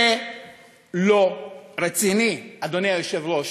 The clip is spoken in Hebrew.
זה לא רציני, אדוני היושב-ראש.